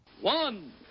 One